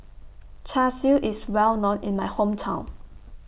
Char Siu IS Well known in My Hometown